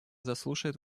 заслушает